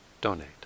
donate